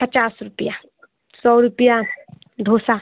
पचास रुपया सौ रुपया डोसा